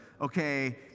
okay